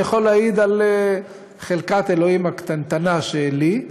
אני יכול להעיד על חלקת האלוהים הקטנטנה שלי,